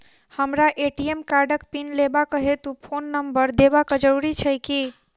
हमरा ए.टी.एम कार्डक पिन लेबाक हेतु फोन नम्बर देबाक जरूरी छै की?